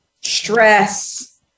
stress